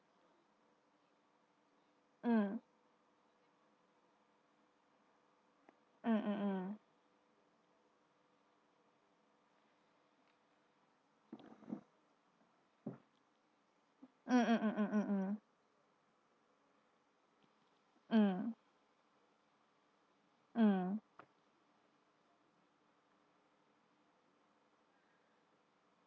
mm mm mm mm mm mm mm mm mm mm mm